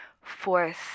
force